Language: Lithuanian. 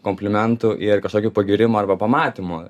komplimentų ir kažkokių pagyrimų arba pamatymų